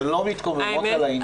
אתן לא מתקוממות על העניין הזה?